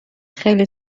خیلی